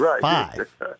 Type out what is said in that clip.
five